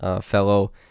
fellow